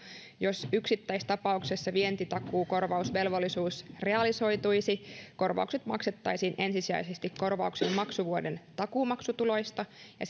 jos yksittäistapauksessa vientitakuukorvausvelvollisuus realisoituisi korvaukset maksettaisiin ensisijaisesti korvauksen maksuvuoden takuumaksutuloista ja